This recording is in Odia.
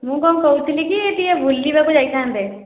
ମୁଁ କ'ଣ କହୁଥିଲି କି ଟିକେ ବୁଲିବାକୁ ଯାଇଥାନ୍ତେ